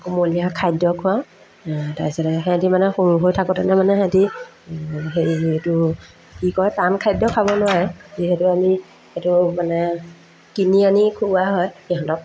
কুমলীয়া খাদ্য খুৱাওঁ তাৰপিছতে সিহঁতি মানে সৰু হৈ থাকোঁতেনে মানে সিহঁতি হেৰি এইটো কি কয় টান খাদ্য খাব নোৱাৰে যিহেতু আমি সেইটো মানে কিনি আনি খুওৱা হয় সিহঁতক